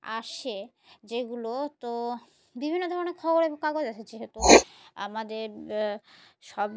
আসে যেগুলো তো বিভিন্ন ধরনের খবর কাগজ আছে যেহেতু আমাদের সব